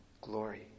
Glory